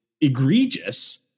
egregious